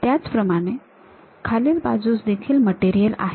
त्याचप्रमाणे खालील बाजूस देखील मटेरियल आहे